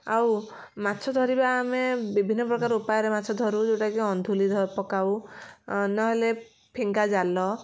ଆଉ ମାଛ ଧରିବା ଆମେ ବିଭିନ୍ନ ପ୍ରକାର ଉପାୟରେ ମାଛ ଧରୁ ଯେଉଁଟା କି ଅନ୍ଧୁଲି ପକାଉ ନ ହେଲେ ଫିଙ୍ଗା ଜାଲ